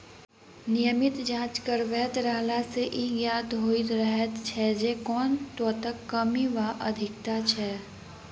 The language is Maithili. नियमित जाँच करबैत रहला सॅ ई ज्ञात होइत रहैत छै जे कोन तत्वक कमी वा अधिकता छै